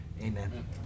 Amen